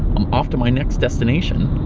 i'm off to my next destination.